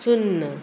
चुन्न